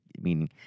meaning